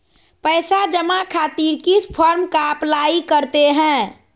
पैसा जमा खातिर किस फॉर्म का अप्लाई करते हैं?